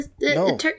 No